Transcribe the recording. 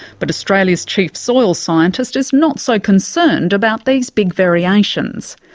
but australia's chief soil scientist is not so concerned about these big variations.